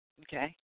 Okay